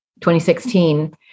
2016